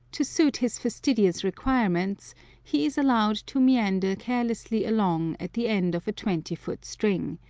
to suit his fastidious requirements he is allowed to meander carelessly along at the end of a twenty-foot string,